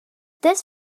this